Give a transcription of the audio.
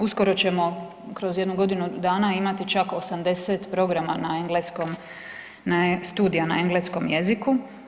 Uskoro ćemo kroz jedno godinu dana imati čak 80 programa na engleskom, studija na engleskom jeziku.